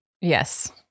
Yes